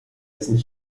dessen